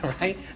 right